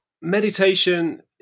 Meditation